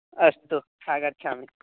अस्तु आगच्छामि